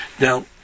Now